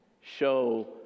Show